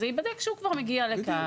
אז זה ייבדק כשהוא כבר מגיע לכאן.